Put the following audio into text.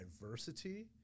diversity